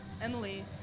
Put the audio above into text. Emily